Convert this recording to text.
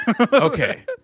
Okay